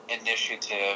initiative